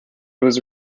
was